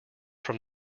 from